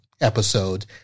episode